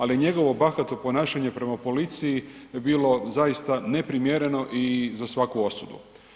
Ali njegovo bahato ponašanje prema policiji je bilo zaista neprimjereno i za svaku osudu.